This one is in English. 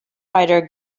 writer